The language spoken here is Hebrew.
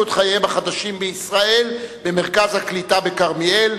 את חייהם החדשים בישראל במרכז הקליטה בכרמיאל,